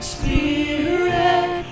Spirit